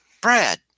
Brad